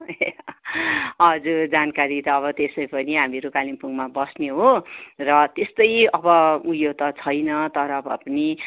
हजुर जानकारी त अब त्यसै पनि हामीहरू कालेम्पोङमा बस्ने हो र त्यस्तै अब उयो त छैन तर भए पनि